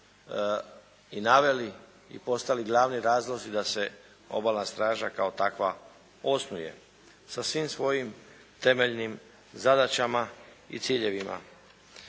i naveli i postali glavni razlozi da se Obalna straža kao takva osnuje sa svim svojim temeljnim zadaćama i ciljevima.